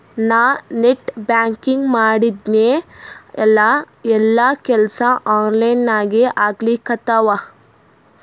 ನಾ net banking ಮಾಡಿದ್ಮ್ಯಾಲ ಎಲ್ಲಾ ಕೆಲ್ಸಾ ಆನ್ಲೈನಾಗೇ ಆಗ್ಲಿಕತ್ತಾವ